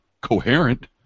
coherent